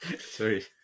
Sorry